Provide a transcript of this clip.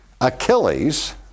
Achilles